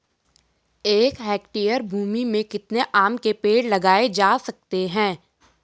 एक हेक्टेयर भूमि में कितने आम के पेड़ लगाए जा सकते हैं?